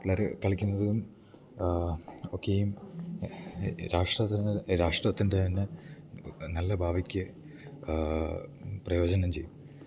പിള്ളാര് കളിക്ക്ന്നതും ഒക്കെയും രാഷ്രാട്രത്തിന് രാഷ്ട്രത്തിൻറ്റന്നെ നല്ല ഭാവിക്ക് പ്രയോജനഞ്ചെയ്യും ഈ